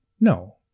No